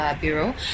bureau